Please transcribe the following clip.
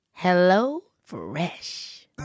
HelloFresh